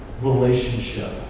relationship